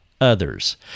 others